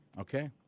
Okay